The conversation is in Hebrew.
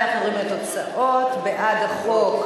בעד החוק,